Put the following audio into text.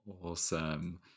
Awesome